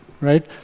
right